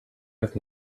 het